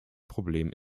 problem